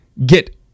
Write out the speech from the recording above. Get